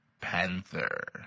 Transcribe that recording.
Panther